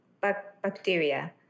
bacteria